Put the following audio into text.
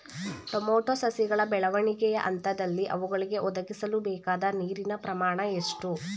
Tomato ಸಸಿಗಳ ಬೆಳವಣಿಗೆಯ ಹಂತದಲ್ಲಿ ಅವುಗಳಿಗೆ ಒದಗಿಸಲುಬೇಕಾದ ನೀರಿನ ಪ್ರಮಾಣ ಎಷ್ಟು?